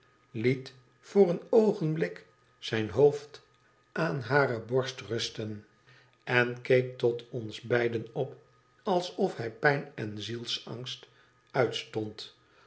liet voor een oogenblik zijn hoofd aan hare borst rusten en keek tot ons beiden op alsof hij pijn en zielsangst uitstond